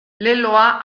leloa